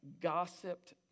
gossiped